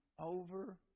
over